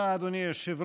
תודה, אדוני היושב-ראש.